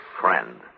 friend